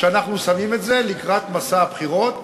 ואנחנו שמים את זה לקראת מסע הבחירות.